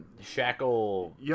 shackle